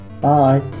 Bye